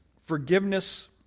forgiveness